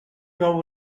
trobo